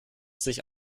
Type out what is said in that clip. sich